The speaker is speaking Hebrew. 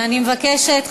אני מבקשת,